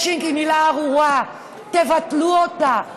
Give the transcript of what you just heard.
מצ'ינג היא מילה ארורה, תבטלו אותה.